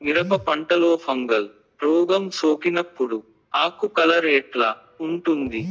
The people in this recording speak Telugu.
మిరప పంటలో ఫంగల్ రోగం సోకినప్పుడు ఆకు కలర్ ఎట్లా ఉంటుంది?